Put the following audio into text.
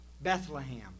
Bethlehem